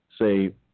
say